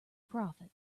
profit